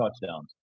touchdowns